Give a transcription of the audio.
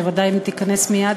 שבוודאי אם היא תיכנס מייד